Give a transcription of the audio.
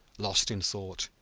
lost in thought,